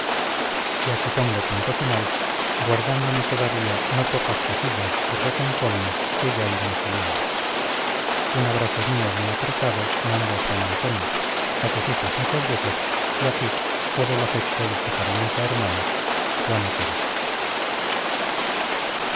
y aquí pongo punto final guardándome todavía no pocas cosillas y reconcomios que ya irán saliendo un abrazo mío muy apretado mando a juan antonio a tus hijos muchos besos y a ti todo el afecto de tu cariñosa hermana juana teresa